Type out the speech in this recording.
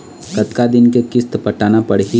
कतका दिन के किस्त पटाना पड़ही?